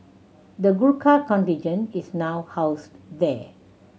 the Gurkha contingent is now housed there